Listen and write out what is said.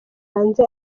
hanze